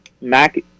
Mac